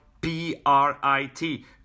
P-R-I-T